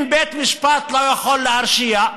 אם בית משפט לא יכול להרשיע,